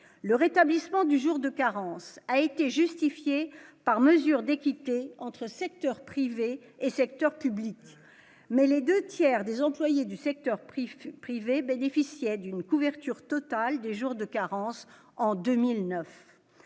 le rétablissement du jour de carence a été justifiée par mesure d'équité entre secteur privé et secteur public mais les 2 tiers des employées du secteur privé, privé, bénéficiaient d'une couverture totale de jour de carence en 2009,